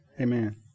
Amen